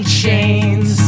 chains